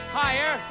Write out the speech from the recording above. higher